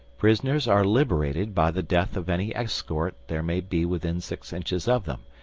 prisoners are liberated by the death of any escort there may be within six inches of them,